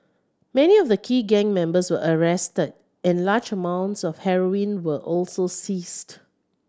many of the key gang members were arrested and large amounts of heroin were also seized